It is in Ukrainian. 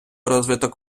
розвиток